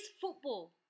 football